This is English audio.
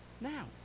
now